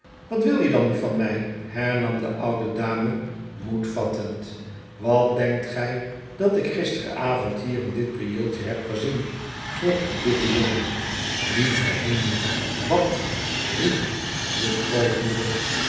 wat wil je dan nu van mij hernam de oude dame moed vattend wat denkt gij dat ik gisteravond hier in dit prieeltje heb gezien vroeg de dikke jongen lieve hemel wat riep de grootmoeder